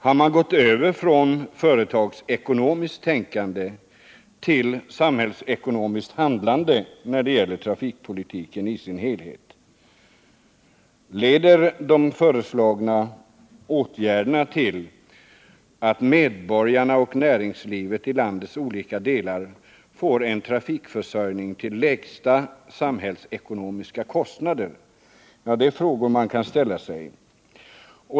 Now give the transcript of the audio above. Har man gått över från företagsekonomiskt tänkande till samhällsekonomiskt handlande när det gäller trafikpolitiken i sin helhet? Leder de föreslagna åtgärderna till att ”medborgarna och näringslivet i landets olika delar” får en trafikförsörjning till lägsta samhällsekonomiska kostnader? Det är frågor man kan ställa.